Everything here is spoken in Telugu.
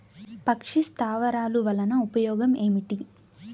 పక్షి స్థావరాలు వలన ఉపయోగం ఏమిటి?